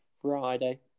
Friday